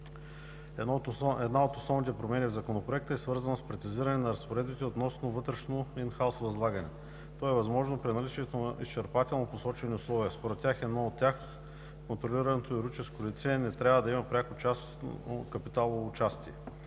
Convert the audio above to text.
Една от основните промени в Законопроекта е свързана с прецизиране на разпоредбите относно вътрешно (in-house) възлагане. То е възможно при наличието на изчерпателно посочени условия. Според едно от тях контролираното юридическо лице не трябва да има пряко частно капиталово участие.